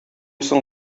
соң